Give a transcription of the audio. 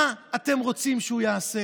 מה אתם רוצים שהוא יעשה?